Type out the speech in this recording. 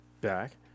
back